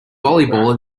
volleyball